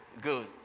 Good